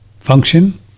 function